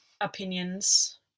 opinions